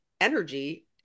energy